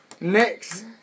next